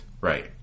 Right